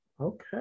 Okay